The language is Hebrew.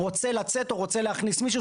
רוצה לצאת או רוצה להכניס מישהו.